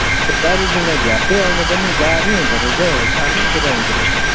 दाह्री जुँगा झ्याप्पै आउनु पनि गाह्रै हुँदोरहेछ हौ हुँदोरहेछ